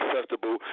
Festival